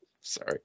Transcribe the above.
Sorry